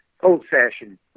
Old-fashioned